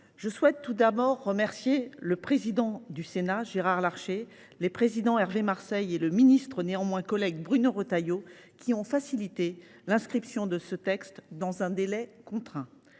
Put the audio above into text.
je souhaite tout d’abord remercier le président du Sénat, Gérard Larcher, le président de mon groupe, Hervé Marseille, et le ministre, néanmoins ancien collègue, Bruno Retailleau, qui ont facilité l’inscription de ce texte dans un délai contraint.